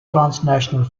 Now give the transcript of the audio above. transnational